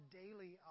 daily